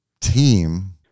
team